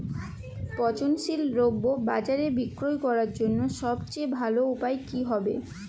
পচনশীল দ্রব্য বাজারে বিক্রয় করার জন্য সবচেয়ে ভালো উপায় কি হবে?